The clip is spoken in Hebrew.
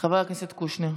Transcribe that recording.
חבר הכנסת קושניר.